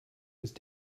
ist